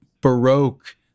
Baroque